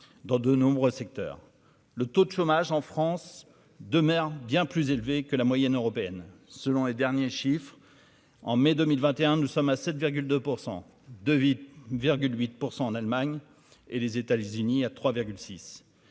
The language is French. dans de nombreux secteurs, le taux de chômage en France demeure bien plus élevé que la moyenne européenne, selon les derniers chiffres en mai 2021, nous sommes à 7,2 pour 100 de virgule huit % en Allemagne et les États-Unis à 3,